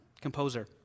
composer